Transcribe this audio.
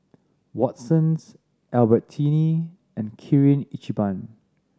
Watsons Albertini and Kirin Ichiban